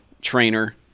trainer